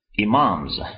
imams